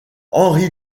henri